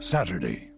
Saturday